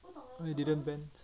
why you didn't vent